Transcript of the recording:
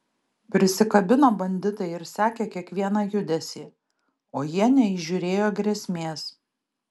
prisikabino banditai ir sekė kiekvieną judesį o jie neįžiūrėjo grėsmės